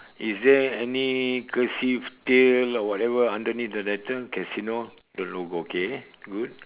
is there any cursive tail or whatever underneath the letter casino the logo okay good